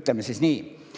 ütleme siis nii.